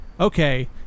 Okay